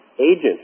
agent